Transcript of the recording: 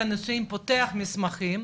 הנישואין פותח מסמכים,